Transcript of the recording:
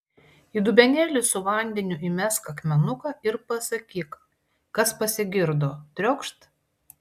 į dubenėlį su vandeniu įmesk akmenuką ir pasakyk kas pasigirdo triokšt